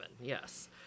Yes